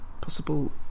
possible